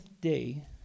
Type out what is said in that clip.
day